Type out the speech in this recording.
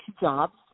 jobs